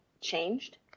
changed